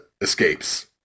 escapes